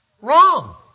wrong